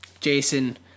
Jason